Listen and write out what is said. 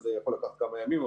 זה יכול לקחת כמה ימים,